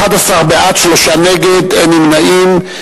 בעד, 11, נגד, 3, אין נמנעים.